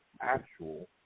actual